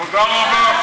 תודה רבה.